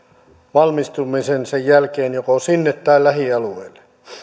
valmistumisensa jälkeen joko sinne tai lähialueille